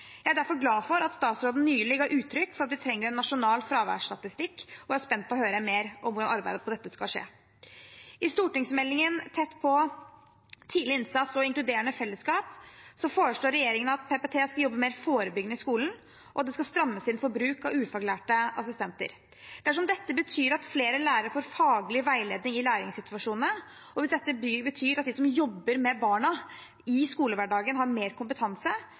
Jeg er derfor glad for at statsråden nylig ga uttrykk for at vi trenger en nasjonal fraværsstatistikk, og er spent på å høre mer om hvordan arbeidet med dette skal skje. I Meld. St. 6 for 2019–2020, Tett på – tidlig innsats og inkluderende fellesskap i barnehage, skole og SFO, foreslår regjeringen at PPT skal jobbe mer forebyggende i skolen, og at det skal strammes inn på bruk av ufaglærte assistenter. Dersom dette betyr at flere lærere får faglig veiledning i læringssituasjonene, og at de som jobber med barna i skolehverdagen, har mer kompetanse,